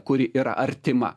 kuri yra artima